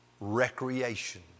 recreation